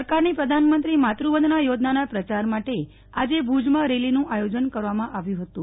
સરકારની પ્રધાનમંત્રી માતૃવંદના યોજનાના પ્રચાર માટે આજે ભુજમાં રેલીનું આયોજન કરવામાં આવ્યું હતું